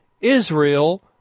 Israel